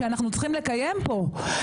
שאנחנו צריכים לקיים פה.